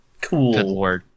Cool